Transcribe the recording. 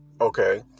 Okay